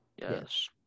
Yes